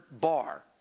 bar